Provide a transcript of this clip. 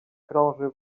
krąży